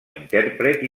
intèrpret